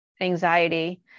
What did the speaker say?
anxiety